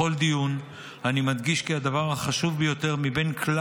בכל דיון אני מדגיש כי הדבר החשוב ביותר מכלל